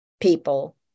people